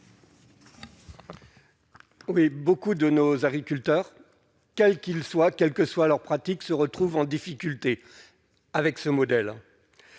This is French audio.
Oui, beaucoup de nos agriculteurs, quel qu'il soit, quels que soient leur pratique se retrouvent en difficulté avec ce modèle.